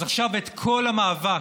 אז עכשיו את כל המאבק